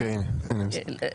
את צודקת.